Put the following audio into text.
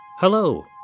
Hello